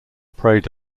preyed